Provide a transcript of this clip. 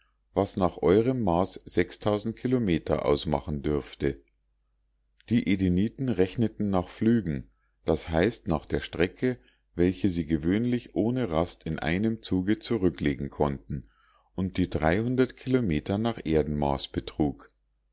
was nach eurem maß kilometer ausmachen dürfte die edeniten rechneten nach flügen das heißt nach der strecke welche sie gewöhnlich ohne rast in einem zuge zurücklegen konnten und die kilometer nach erdenmaß betrug